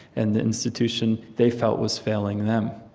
and the institution, they felt, was failing them.